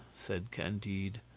said candide,